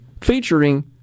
featuring